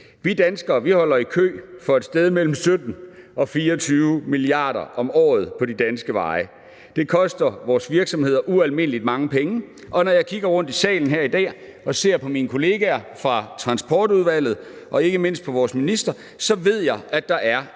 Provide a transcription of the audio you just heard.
Vi danskere holder i kø for et sted mellem 17-24 mia. kr om året på de danske veje. Det koster vores virksomheder ualmindelig mange penge, og når jeg kigger rundt i salen her i dag og ser på mine kollegaer fra Transportudvalget – og ikke mindst på vores minister – så ved jeg, at der er